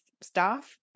staff